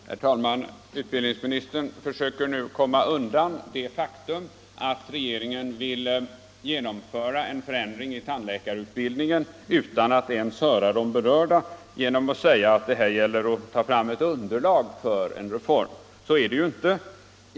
Herr talman! Utbildningsministern försöker nu komma undan det faktum att regeringen vill genomföra en förändring i tandläkarutbildningen utan att ens höra de berörda genom att säga att det här gäller att ta fram ett underlag för en reform. Så är det ju inte.